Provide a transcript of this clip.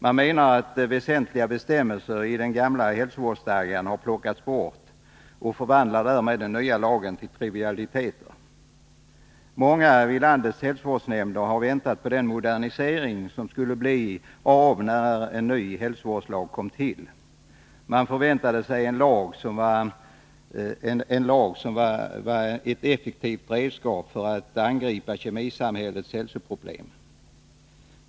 Man menar att väsentliga bestämmelser i den gamla hälsovårdsstadgan har plockats bort och att den nya lagen därmed förvandlas till trivialiteter. Många vid landets hälsovårdsnämnder har väntat på den modernisering som skulle bli av, när en ny hälsovårdslag kom till. Man förväntade sig en lag som var ett effektivt redskap för att angripa kemisamhällets hälsoproblem.